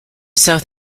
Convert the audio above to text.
south